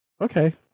okay